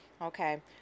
Okay